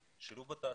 שילוב בתעשייה,